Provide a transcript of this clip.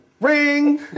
Ring